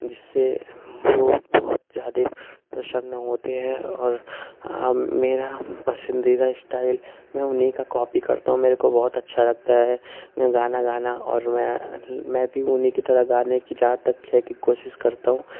जिससे वो बहुत ज्यादे प्रसन्न होते हैं और मेरा पसंदीदा स्टाइल मैं उन्हीं का कॉपी करता हूँ मेरे को बहुत अच्छा लगता है गाना गाना और मैं भी उन्हीं की तरह गाने की जहाँ तक है कि है कि कोशिश करता हूँ